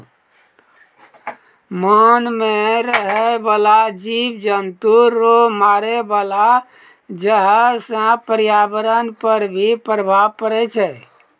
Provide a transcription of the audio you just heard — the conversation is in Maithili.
मान मे रहै बाला जिव जन्तु रो मारे वाला जहर से प्रर्यावरण पर भी प्रभाव पड़ै छै